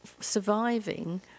surviving